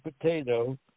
potato